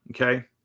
okay